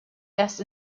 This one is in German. erst